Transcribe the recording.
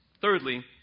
Thirdly